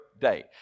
day